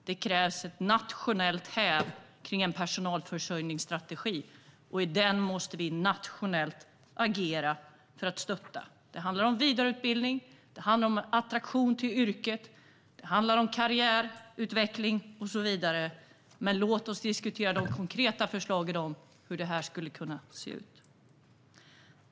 Det krävs ett nationellt häv kring en personalförsörjningsstrategi, och vi måste agera nationellt för att stötta den. Det handlar om vidareutbildning, det handlar om attraktion till yrket, det handlar om karriärutveckling och så vidare. Men låt oss diskutera de konkreta förslagen om hur detta skulle kunna se ut.